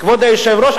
כבוד היושב-ראש,